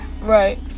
Right